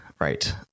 Right